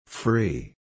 Free